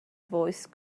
voice